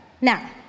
Now